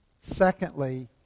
secondly